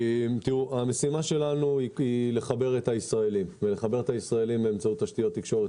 המשימה שלנו היא לחבר את הישראלים באמצעות תשתיות תקשורת